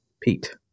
Pete